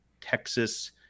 texas